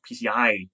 PCI